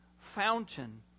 fountain